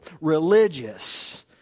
religious